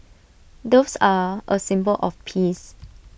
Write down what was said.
doves are A symbol of peace